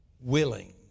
willing